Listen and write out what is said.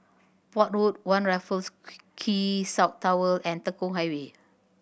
Port Road One Raffles Quay South Tower and Tekong Highway